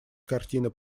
картина